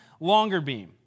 Longerbeam